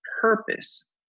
purpose